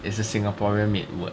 is a singaporean made